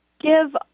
give